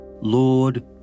Lord